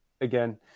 again